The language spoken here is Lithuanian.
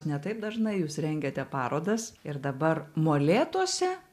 ne taip dažnai jūs rengiate parodas ir dabar molėtuose